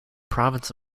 province